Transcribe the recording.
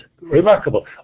remarkable